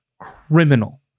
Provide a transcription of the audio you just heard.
criminal